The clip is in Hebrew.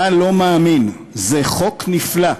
אתה לא מאמין, זה חוק נפלא.